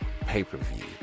pay-per-view